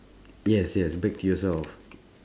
yes yes back to yourself